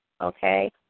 Okay